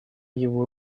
его